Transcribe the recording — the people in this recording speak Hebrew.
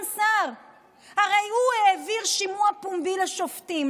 הרי הוא העביר שימוע פומבי לשופטים.